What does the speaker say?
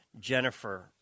Jennifer